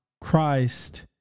Christ